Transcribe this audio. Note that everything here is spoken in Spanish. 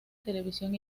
televisión